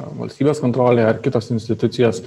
valstybės kontrolė ar kitos institucijos